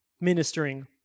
ministering